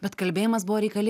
bet kalbėjimas buvo reikali